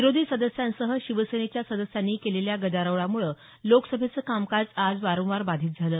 विरोधी सदस्यांसह शिवसेनेच्या सदस्यांनी केलेल्या गदारोळामुळे लोकसभेचं कामकाज आज वारंवार बाधित झालं